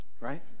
right